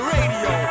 Radio